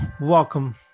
welcome